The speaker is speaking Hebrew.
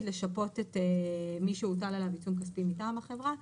לשפות את מי שהוטל עליו עיצום כספי מטעם החברה,